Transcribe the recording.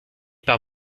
par